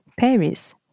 Paris